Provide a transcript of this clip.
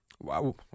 Wow